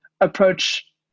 approach